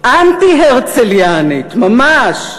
אנטי-הרצליאנית ממש,